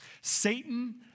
Satan